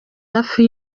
hafi